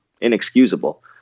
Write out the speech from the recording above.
Inexcusable